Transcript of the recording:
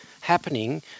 happening